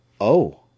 Oh